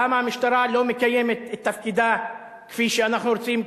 למה המשטרה לא מקיימת את תפקידה כפי שאנחנו רוצים,